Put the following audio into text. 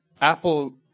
Apple